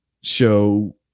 show